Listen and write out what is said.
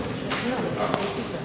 Hvala vam